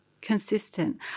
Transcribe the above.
consistent